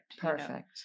Perfect